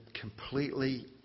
completely